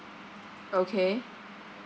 okay